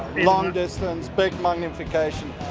long distance, big magnification.